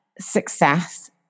success